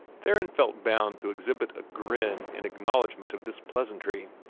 theron felt bound to exhibit a grin in acknowledgment of this pleasantry.